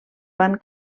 van